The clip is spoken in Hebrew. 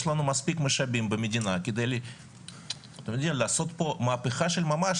יש לנו מספיק משאבים במדינה כדי לעשות פה מהפיכה של ממש.